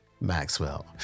Maxwell